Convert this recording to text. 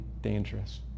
dangerous